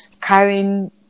carrying